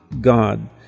God